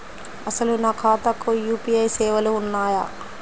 అసలు నా ఖాతాకు యూ.పీ.ఐ సేవలు ఉన్నాయా?